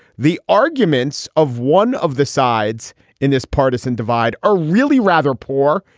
the arguments of one of the sides in this partisan divide are really rather poor.